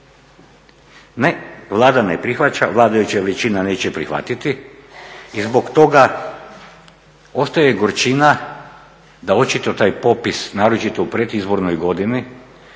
Ne, Vlada ne prihvaća, vladajuća većina neće prihvatiti i zbog toga ostaje gorčina da očito taj popis naročito u predizbornoj godini